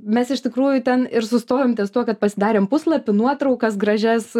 mes iš tikrųjų ten ir sustojom ties tuo kad pasidarėm puslapį nuotraukas gražias